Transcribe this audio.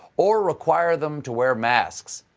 or require them to wear masks.